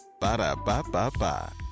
Ba-da-ba-ba-ba